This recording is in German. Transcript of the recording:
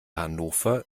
hannover